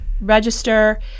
register